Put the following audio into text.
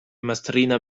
mastrina